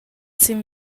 sin